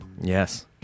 Yes